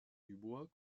dubois